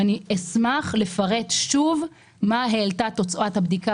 ואשמח לפרט שוב מה העלתה תוצאת הבדיקה